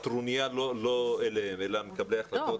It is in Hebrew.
והטרוניה היא לא אליהם אלא אל מקבלי ההחלטות.